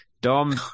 Dom